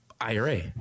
ira